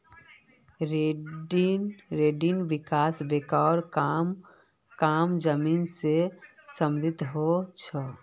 land विकास बैंकेर काम जमीन से सम्बंधित ह छे